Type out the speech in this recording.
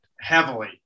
Heavily